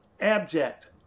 abject